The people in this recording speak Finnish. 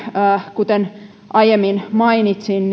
kuten aiemmin mainitsin